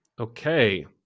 Okay